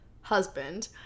husband